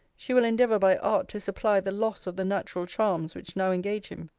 she will endeavour by art to supply the loss of the natural charms which now engage him.